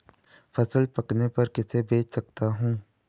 फसल पकने पर किसे बेच सकता हूँ?